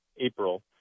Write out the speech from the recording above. April